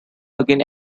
again